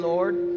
Lord